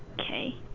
Okay